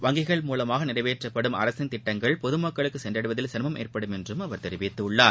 வங்கிகள் மூலமாக நிறைவேற்றப்படும் அரசின் திட்டங்கள் பொதுமக்களுக்கு சென்றடைவதில் சிரமம் ஏற்படும் என்றும் தெரிவித்துள்ளார்